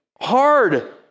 hard